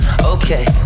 Okay